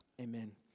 Amen